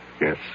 yes